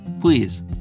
please